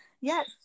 Yes